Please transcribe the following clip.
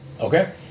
Okay